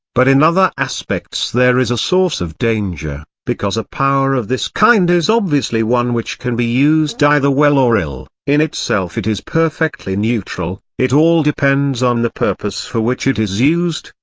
but in other aspects there is a source of danger, because a power of this kind is obviously one which can be used either well or ill in itself it is perfectly neutral, it all depends on the purpose for which it is used,